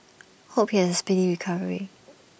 hope he has A speedy recovery